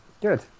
Good